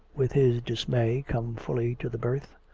with his dismay come fully to the birth.